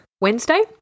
Wednesday